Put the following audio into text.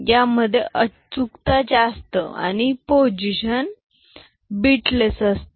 यामध्ये अचूकता जास्त आणि पोझिशन बीट लेस असते